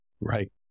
right